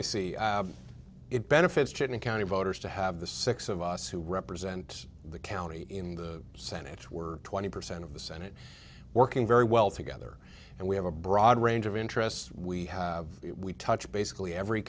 me see it benefits children county voters to have the six of us who represent the county in the senate we're twenty percent of the senate working very well together and we have a broad range of interests we have we touch basically every